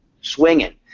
swinging